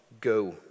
go